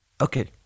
Okay